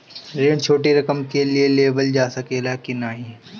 ऋण छोटी रकम के लिए लेवल जा सकेला की नाहीं?